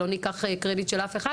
לא ניקח קרדיט של אף אחד,